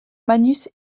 manus